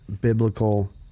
biblical